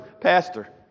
Pastor